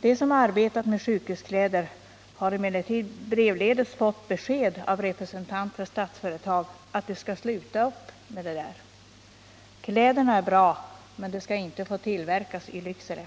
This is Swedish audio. De som arbetat med sjukhuskläder har emellertid brevledes fått besked av en representant för Statsföretag att de skall sluta upp - Nr 36 med det. Kläderna är bra, men de skall inte få tillverkas i Lycksele.